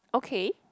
okay